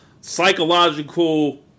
psychological